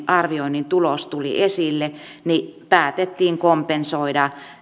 arvioinnin tulos tuli esille niin päätettiin kompensoida